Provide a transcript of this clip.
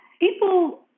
People